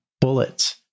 bullets